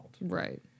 Right